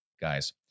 guys